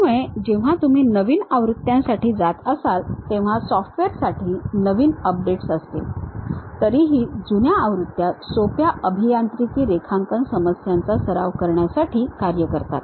त्यामुळे जेव्हा तुम्ही नवीन आवृत्त्यांसाठी जात असाल तेव्हा सॉफ्टवेअरसाठी नवीन अपडेट्स असतील तरीही जुन्या आवृत्त्या सोप्या अभियांत्रिकी रेखांकन समस्यांचा सराव करण्यासाठी कार्य करतात